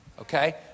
Okay